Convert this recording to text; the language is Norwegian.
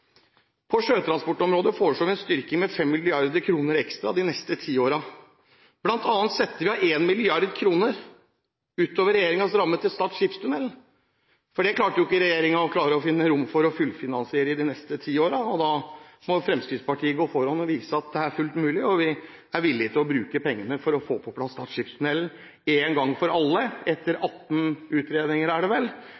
På sjøtransportområdet foreslår vi en styrking med 5 mrd. kr ekstra de neste ti årene. Blant annet setter vi av 1 mrd. kr utover regjeringens ramme til Stad skipstunnel, for det klarte ikke regjeringen å finne rom for å fullfinansiere i de neste ti årene, og da må Fremskrittspartiet gå foran og vise at det er fullt mulig. Vi er villige til å bruke pengene for å få på plass Stad skipstunnel en gang for alle, etter